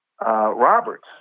Roberts